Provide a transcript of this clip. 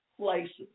places